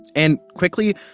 and quickly,